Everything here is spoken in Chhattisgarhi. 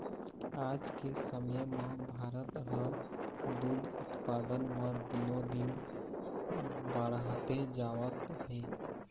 आज के समे म भारत ह दूद उत्पादन म दिनो दिन बाड़हते जावत हे